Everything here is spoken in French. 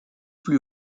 plus